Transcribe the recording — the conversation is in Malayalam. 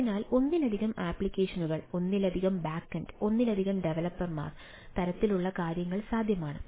അതിനാൽ ഒന്നിലധികം അപ്ലിക്കേഷനുകൾ ഒന്നിലധികം ബാക്ക് എൻഡ് ഒന്നിലധികം ഡവലപ്പർമാർ തരത്തിലുള്ള കാര്യങ്ങൾ സാധ്യമാണ്